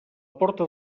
porta